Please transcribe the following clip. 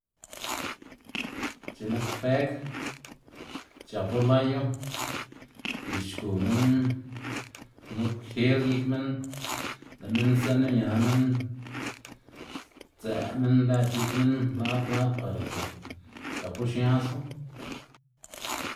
X̱i'k nak bëg c̲h̲apu layu y xgu minn nu'p gel gik minn, lë' minn sdzenu ña minn, dzë' minn lëd gik minn lad lad para ke c̲h̲apu xnasu.